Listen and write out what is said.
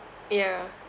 yeah